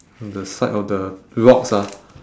on the side on the rocks ah